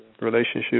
relationship